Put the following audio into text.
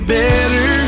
better